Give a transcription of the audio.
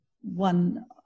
one